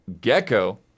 Gecko